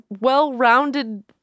well-rounded